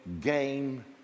game